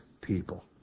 people